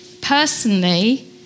personally